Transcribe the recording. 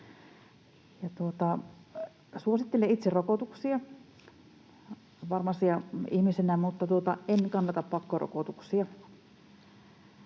Suosittelen itse rokotuksia farmasian ihmisenä, mutta en kannata pakkorokotuksia.